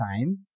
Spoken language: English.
time